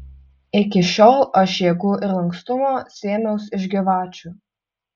iki šiol aš jėgų ir lankstumo sėmiaus iš gyvačių